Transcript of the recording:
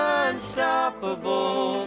unstoppable